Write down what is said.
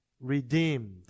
redeemed